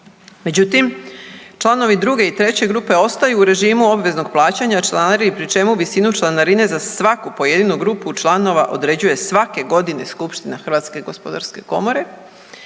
Međutim, članovi 2. i 3. grupe ostaju u režimu obveznog plaćanja članarine pri čemu visinu članarine za svaku pojedinu grupu članova određuje svake godine Skupština Hrvatske gospodarske komore